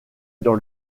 dans